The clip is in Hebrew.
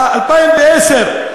ב-2010,